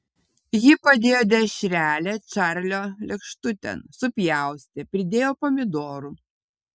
ji padėjo dešrelę čarlio lėkštutėn supjaustė pridėjo pomidorų